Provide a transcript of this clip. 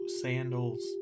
sandals